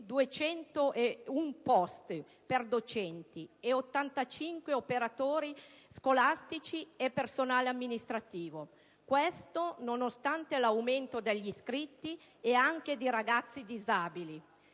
201 posti per docenti e 85 per operatori scolastici e personale amministrativo. Ciò, nonostante l'aumento degli iscritti e anche di ragazzi disabili.